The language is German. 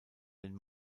den